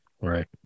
Right